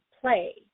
play